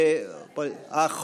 הוא אמר: עבר.